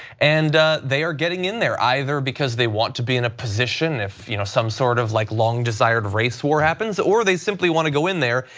and they are getting in there, either because they want to be in a position of you know some sort of like long desired race war happens, or they simply want to go in there,